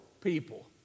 people